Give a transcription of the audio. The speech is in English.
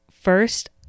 First